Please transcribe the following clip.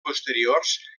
posteriors